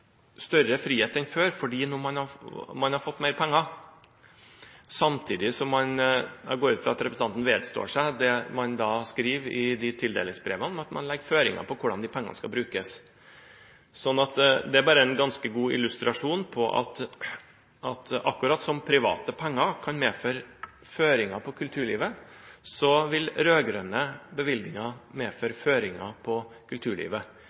større frihet enn før fordi man har fått mer penger. Jeg går ut fra at representanten vedstår seg det man skriver i tildelingsbrevene, at man legger føringer for hvordan pengene skal brukes. Det er en ganske god illustrasjon på at på samme måte som private penger kan medføre føringer for kulturlivet, vil rød-grønne bevilgninger medføre føringer for kulturlivet.